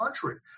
country